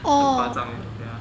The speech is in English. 很夸张 eh ya